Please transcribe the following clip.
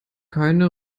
keine